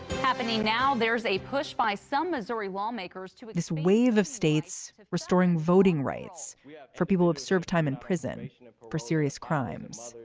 happening now, there's a push by some missouri warmakers to this wave of states restoring voting rights yeah for people who've served time in prison for serious crimes.